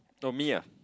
not me ah